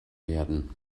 werden